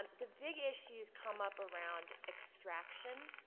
the big issues come up around extraction.